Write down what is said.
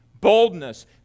Boldness